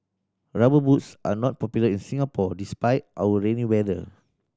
Rubber Boots are not popular in Singapore despite our rainy weather